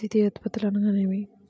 ద్వితీయ ఉత్పత్తులు అనగా నేమి?